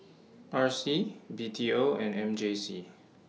R C B T O and M J C